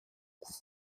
coup